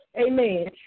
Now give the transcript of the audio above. Amen